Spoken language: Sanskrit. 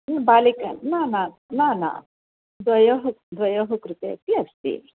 हूं बालिका न न न न द्वयोः द्वयोः कृते अपि अस्ति